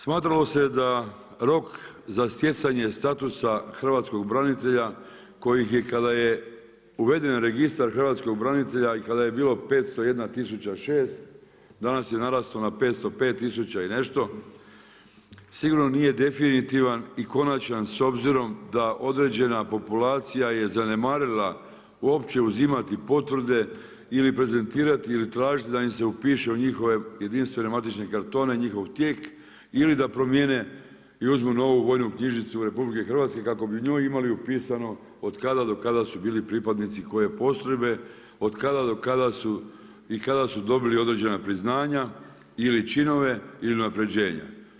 Smatralo se da rok za stjecanje statusa hrvatskog branitelja koji ih je, kada je uveden Registar hrvatskih branitelja i kada je bilo 501 006, danas je narastao na 505 tisuća i nešto, sigurno nije definitivan konačan s obzirom da određena populacija je zanemarila uopće uzimate potvrde i ne prezentirati ili tražiti da im se upiše u njihove jedinstvene matične kartone, njihov tijek ili da promijene i uzmu novi vojnu knjižicu RH kako bi u njoj imali upisano od kada do kada su bili pripadnici koje postrojbe, od kada do kada su i kada su dobili određena priznanja ili činove ili unapređenje.